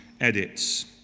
edits